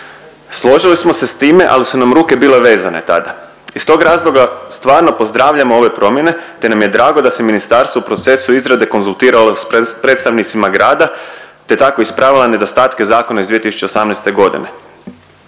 Složili smo se s time, ali su nam ruke bile vezane tada. Iz tog razloga stvarno pozdravljamo ove promjene, te nam je drago da se ministarstvo u procesu izrade konzultiralo sa predstavnicima grada, te tako ispravila nedostatke zakona iz 2018. godine.